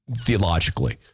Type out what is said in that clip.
theologically